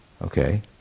Okay